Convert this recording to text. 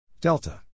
Delta